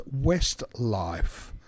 Westlife